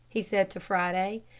he said to friday.